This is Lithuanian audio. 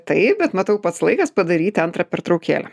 taip bet matau pats laikas padaryti antrą pertraukėlę